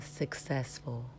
successful